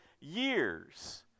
years